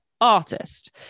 artist